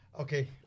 Okay